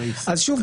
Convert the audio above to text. שוב,